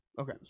Okay